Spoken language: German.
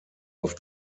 auf